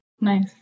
Nice